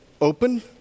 open